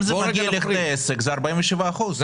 אם זה עסק, זה 47 אחוזים.